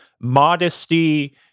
modesty